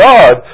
God